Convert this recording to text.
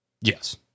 Yes